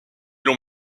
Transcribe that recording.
long